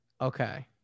okay